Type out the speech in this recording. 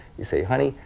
you say, honey,